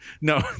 no